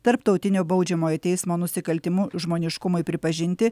tarptautinio baudžiamojo teismo nusikaltimų žmoniškumui pripažinti